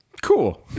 Cool